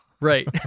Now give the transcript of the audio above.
Right